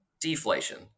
deflation